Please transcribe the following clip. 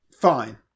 fine